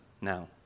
now